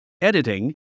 editing